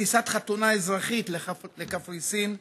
טיסת חתונה אזרחית לקפריסין ובחזרה.